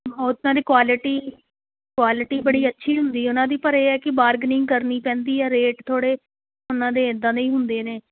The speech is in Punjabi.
ਬਹੁਤ ਸਾਰੀ ਕੁਆਲਿਟੀ ਕੁਆਲਿਟੀ ਬੜੀ ਅੱਛੀ ਹੁੰਦੀ ਉਹਨਾਂ ਦੀ ਪਰ ਇਹ ਹੈ ਕਿ ਬਾਰਗਨਿੰਗ ਕਰਨੀ ਪੈਂਦੀ ਹੈ ਰੇਟ ਥੋੜ੍ਹੇ ਉਹਨਾਂ ਦੇ ਇੱਦਾਂ ਦੇ ਹੀ ਹੁੰਦੇ ਨੇ